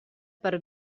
per